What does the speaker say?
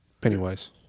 pennywise